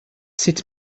sut